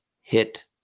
hit